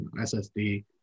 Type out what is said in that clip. SSD